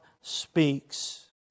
speaks